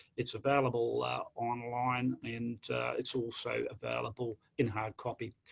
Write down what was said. it's available online and it's also available in hard copy.